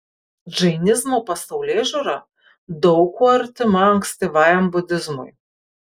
džainizmo pasaulėžiūra daug kuo artima ankstyvajam budizmui